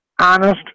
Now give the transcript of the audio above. honest